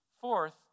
Fourth